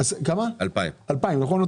2,000, נכון.